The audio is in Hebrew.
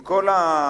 עם כל הכבוד,